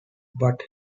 but